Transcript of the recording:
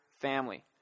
family